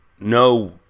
no